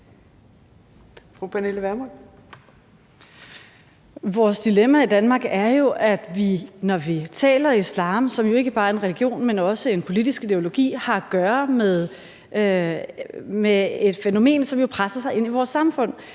Vores dilemma i Danmark er jo, at vi, når vi taler islam, som jo ikke bare er en religion, men også en politisk ideologi, har at gøre med et fænomen, som presser sig ind i vores samfund.